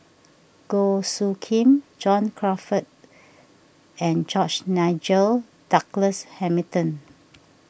Goh Soo Khim John Crawfurd and George Nigel Douglas Hamilton